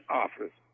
office